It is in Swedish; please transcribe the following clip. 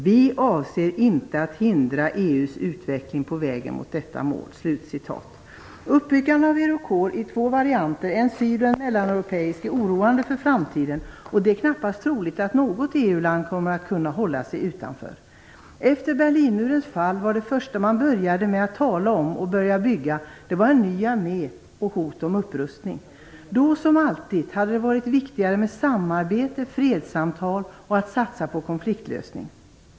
Vi avser inte att hindra EU:s utveckling på vägen mot detta mål." Uppbyggandet av EUROCORPS i två varianter, en syd och en mellaneuropeisk, är oroande för framtiden, och det är knappast troligt att något EU-land kommer att kunna hålla sig utanför. Efter Berlinmurens fall var det första man började tala om hot om upprustning och det fösta man började bygga en armé. Då, som alltid, hade det varit viktigare med samarbete, fredssamtal och att satsa på konfliktlösning.